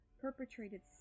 perpetrated